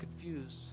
confused